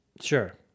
Sure